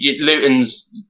Luton's